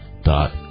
dot